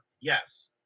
yes